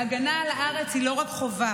וההגנה על הארץ היא לא רק חובה,